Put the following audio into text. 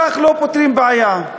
כך לא פותרים בעיה.